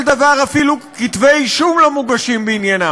דבר אפילו כתבי-אישום לא מוגשים בעניינם,